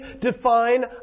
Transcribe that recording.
define